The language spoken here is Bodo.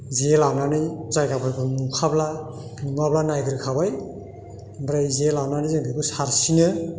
जे लांनानै जायगाफोरखौ नुखाब्ला नङाब्ला नायग्रोखाबाय ओमफ्राय जे लानानै जों बेखौ सारसिनो